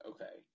Okay